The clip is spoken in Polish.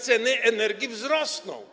Ceny energii wzrosną.